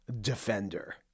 Defender